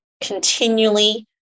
continually